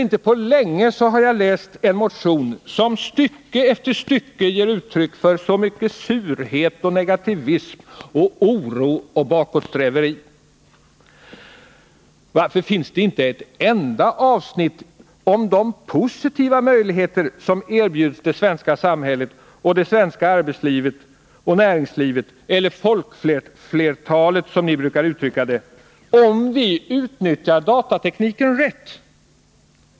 Inte på länge har jag läst en motion som i stycke efter stycke ger uttryck för så mycket surhet, negativism, oro och bakåtsträveri. Varför finns det inte ett enda avsnitt om de positiva möjligheter som erbjuds det svenska samhället, det svenska arbetslivet och näringslivet — eller folkflertalet, som ni brukar uttrycka det — om vi utnyttjar datatekniken rätt?